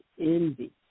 envy